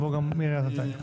והוא גם מעיריית נתניה.